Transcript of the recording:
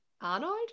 Arnold